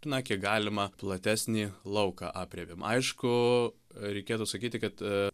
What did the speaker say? na kiek galima platesnį lauką aprėpėm aišku reikėtų sakyti kad